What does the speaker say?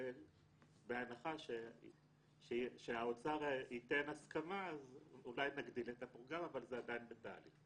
ובהנחה שהאוצר ייתן הסכמה אולי נגדיל את הפרוגרמה אבל זה עדיין בתהליך.